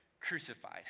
crucified